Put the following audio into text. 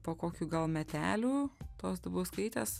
po kokių gal metelių tos dubauskaitės